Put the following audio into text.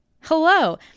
Hello